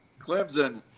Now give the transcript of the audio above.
Clemson